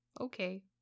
Okay